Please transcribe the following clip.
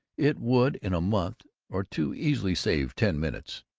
it would in a month or two easily save ten minutes.